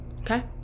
okay